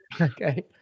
okay